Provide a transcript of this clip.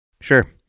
Sure